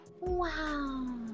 Wow